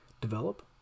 develop